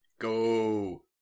Go